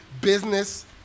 business